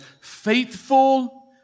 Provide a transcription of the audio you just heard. faithful